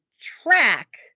track